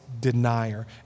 denier